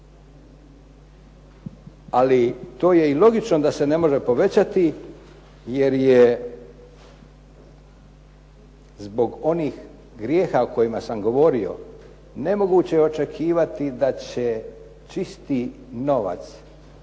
Ali to je i logično da se ne može povećati jer je zbog onih grijeha o kojima sam govorio nemoguće očekivati da će čisti novac